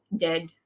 dead